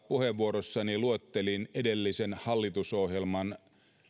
puheenvuorossani luettelin edellisen hallitusohjelman